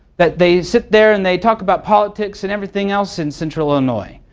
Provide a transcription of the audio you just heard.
that they sit there and they talk about politics and everything else in central illinois.